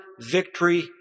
victory